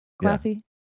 Classy